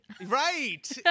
Right